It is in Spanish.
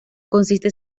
consiste